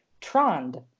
trond